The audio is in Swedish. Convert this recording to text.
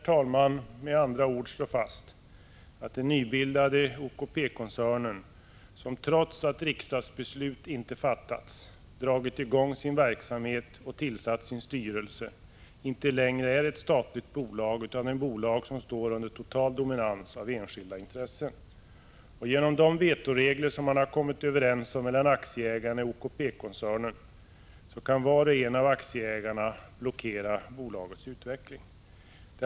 Vi kan med andra ord slå fast att den nybildade OKP koncernen, som -— trots att riksdagsbeslut inte fattats — dragit i gång sin verksamhet och tillsatt sin styrelse, inte längre är ett statligt bolag, utan ett bolag som står under total dominas av enskilda intressen. Genom de vetoregler som aktieägarna i OKP-koncernen har kommit överens om kan var och en av dessa blockera bolagets utveckling.